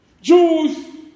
Jews